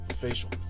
Facial